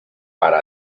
para